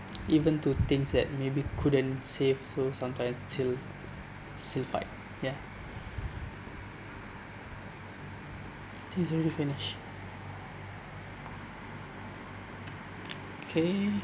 even to things that maybe couldn't save so sometimes still still fight ya think it's already finish okay